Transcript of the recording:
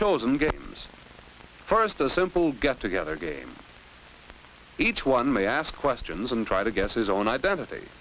chosen games first a simple get together game each one may ask questions and try to guess his own identity